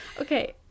Okay